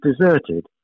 deserted